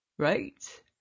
Right